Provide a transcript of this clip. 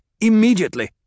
immediately